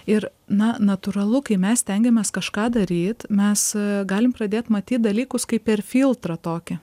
ir na natūralu kai mes stengiamės kažką daryt mes galim pradėt matyt dalykus kaip per filtrą tokį